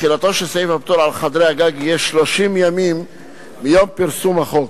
תחילתו של סעיף הפטור על חדרי הגג יהיה 30 ימים מיום פרסום החוק.